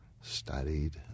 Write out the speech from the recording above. studied